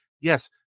Yes